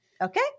Okay